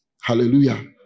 Hallelujah